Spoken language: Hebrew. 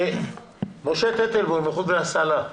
משה טייטלבאום, איחוד הצלה.